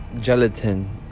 gelatin